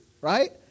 right